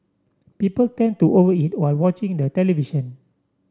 people tend to over eat while watching the television